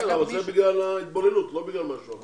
כן, אבל זה בגלל ההתבוללות, לא בגלל משהו אחר.